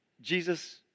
Jesus